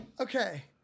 Okay